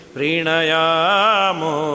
Prinayamo